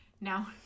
now